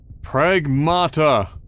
Pragmata